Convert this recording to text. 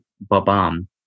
Babam